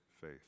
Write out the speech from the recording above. faith